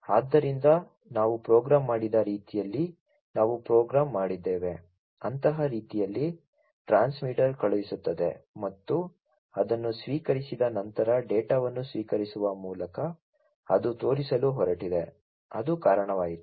ಆದ್ದರಿಂದ ನಾವು ಪ್ರೋಗ್ರಾಮ್ ಮಾಡಿದ ರೀತಿಯಲ್ಲಿ ನಾವು ಪ್ರೋಗ್ರಾಮ್ ಮಾಡಿದ್ದೇವೆ ಅಂತಹ ರೀತಿಯಲ್ಲಿ ಟ್ರಾನ್ಸ್ಮಿಟರ್ ಕಳುಹಿಸುತ್ತದೆ ಮತ್ತು ಅದನ್ನು ಸ್ವೀಕರಿಸಿದ ನಂತರ ಡೇಟಾವನ್ನು ಸ್ವೀಕರಿಸುವ ಮೂಲಕ ಅದು ತೋರಿಸಲು ಹೊರಟಿದೆ ಅದು ಕಾರಣವಾಯಿತು